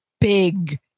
big